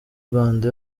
rwanda